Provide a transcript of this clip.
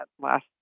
last